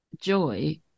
joy